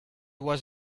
was